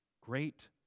great